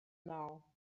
now